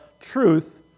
truth